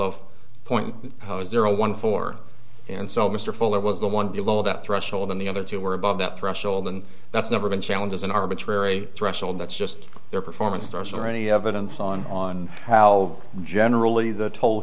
of point zero one four and so mr fuller was the one below that threshold than the other two were above that threshold and that's never been challenged as an arbitrary threshold that's just their performance or any evidence on how generally the toll